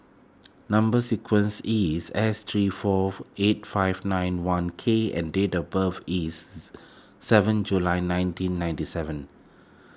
Number Sequence is S three four eight five nine one K and date of birth is seven July nineteen ninety seven